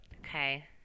Okay